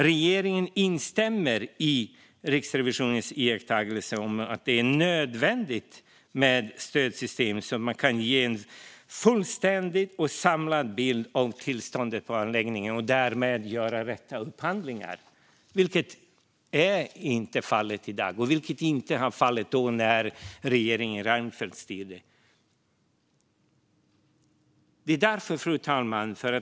Regeringen instämmer i Riksrevisionens iakttagelse att det är nödvändigt med stödsystem så att man kan ge en fullständig och samlad bild av tillståndet i anläggningen och därmed göra rätt upphandlingar, vilket inte är fallet i dag och vilket inte var fallet när regeringen Reinfeldt styrde. Fru talman!